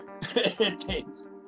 Thanks